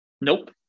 nope